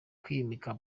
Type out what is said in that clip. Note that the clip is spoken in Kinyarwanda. kwimika